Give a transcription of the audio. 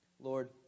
Lord